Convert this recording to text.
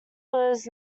was